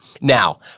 now